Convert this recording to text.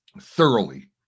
thoroughly